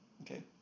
Okay